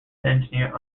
engineer